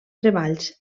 treballs